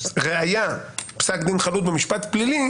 ראיה שהיא פסק דין חלוט במשפט פלילי